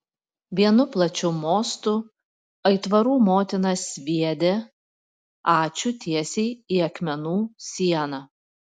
vienu plačiu mostu aitvarų motina sviedė ačiū tiesiai į akmenų sieną